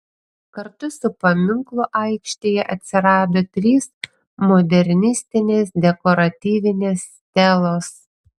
kartu su paminklu aikštėje atsirado trys modernistinės dekoratyvinės stelos